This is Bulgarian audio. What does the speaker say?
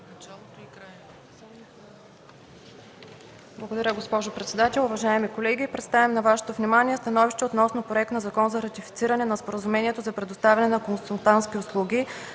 Благодаря, госпожо председател. Уважаеми колеги! Представям на Вашето внимание: „СТАНОВИЩЕ относно Законопроект за ратифициране на Споразумението за предоставяне на консултантски услуги